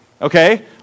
Okay